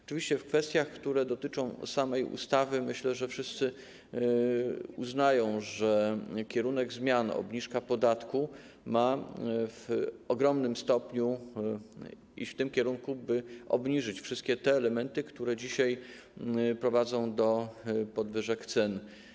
Oczywiście jeśli chodzi o kwestie, które dotyczą samej ustawy, myślę, że wszyscy uznają, że zmiany, obniżka podatku mają w ogromnym stopniu iść w tym kierunku, by obniżyć wszystkie te elementy, które dzisiaj prowadzą do podwyżek cen.